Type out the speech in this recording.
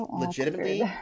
legitimately